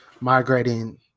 migrating